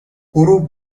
غروب